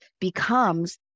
becomes